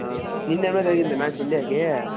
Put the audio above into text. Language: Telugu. నిన్నేమైన జరిగిందా మ్యాచ్ ఇండియాకి